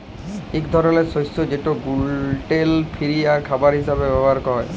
ইক ধরলের শস্য যেট গ্লুটেল ফিরি আর খাবার হিসাবে ব্যাভার হ্যয়